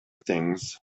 things